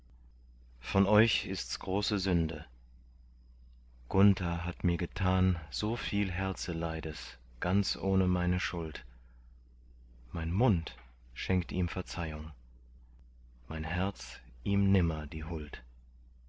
von euch ists große sünde gunther hat mir getan so viel herzeleides ganz ohne meine schuld mein mund schenkt ihm verzeihung mein herz ihm nimmer die huld